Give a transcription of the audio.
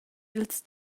ils